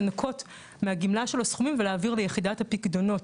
לנקות מהגמלה שלו סכומים ולהעביר ליחידת הפיקדונות